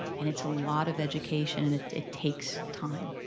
and it's a lot of education and it takes time.